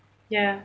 ya